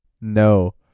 No